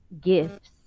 gifts